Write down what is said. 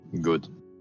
Good